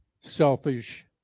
selfish